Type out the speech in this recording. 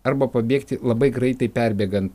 arba pabėgti labai greitai perbėgant